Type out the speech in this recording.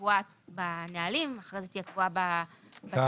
שקבועה בנהלים ואחר כך תהיה קבועה בתקנון.